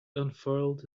unfurled